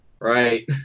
Right